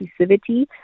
inclusivity